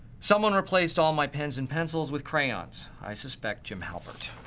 someone replaced all my pens and pencils with crayons, i suspect jim halpert.